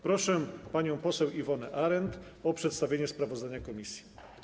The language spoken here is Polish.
Proszę panią poseł Iwonę Arent o przedstawienie sprawozdania komisji.